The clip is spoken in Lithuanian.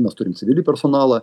mes turim civilį personalą